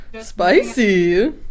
spicy